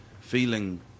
feeling